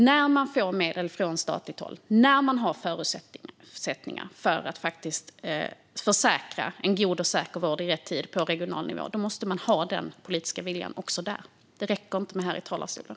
När man får medel från statligt håll, när man har förutsättningar för att säkra en god och säker vård i rätt tid på regional nivå måste man ha den politiska viljan också där. Det räcker inte att den finns här i talarstolen.